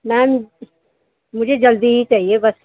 میم مجھے جلدی ہی چاہیے بس